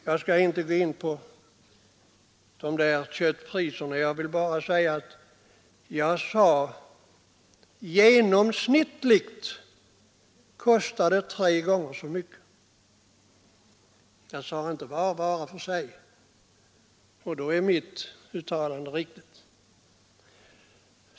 Jag skall inte gå in på frågan om köttpriserna. Jag vill bara påpeka att jag sade att det genomsnittligt kostar tre gånger så mycket. Jag syftade inte på varje vara för sig, och därför är mitt uttalande riktigt.